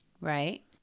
Right